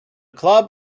club